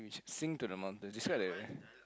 sing to the mountain describe the